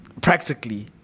practically